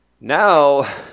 Now